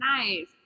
nice